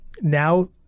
now